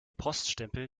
poststempel